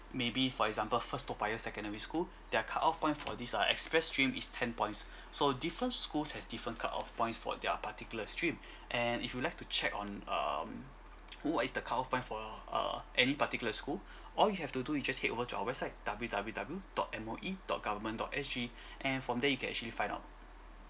maybe for example first toa payoh secondary school their cut off point for this uh express stream is ten points so different schools have different cut off points for their particular stream and if you'd like to check on um what is the cut off point for err any particular school all you have to do is just head over to our website W W W dot M O E dot government dot S G and from there you can actually find out